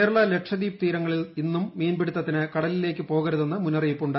കേരള ലക്ഷദ്വീപ് തീർങ്ങളിൽ നിന്നും മീൻപിടുത്തത്തിന് കടലിലേയ്ക്ക് പോകരുതെന്ന് മുന്നറിയിപ്പ് ഉണ്ട്